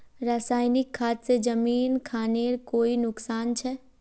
रासायनिक खाद से जमीन खानेर कोई नुकसान छे?